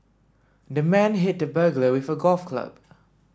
the man hit the burglar with a golf club